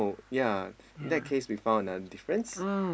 ya in that case we found another difference